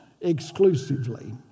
exclusively